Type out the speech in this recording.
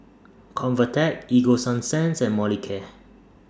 Convatec Ego Sunsense and Molicare